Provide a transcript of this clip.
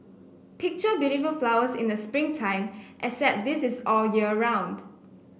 picture beautiful flowers in the spring time except this is all year round